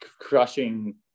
crushing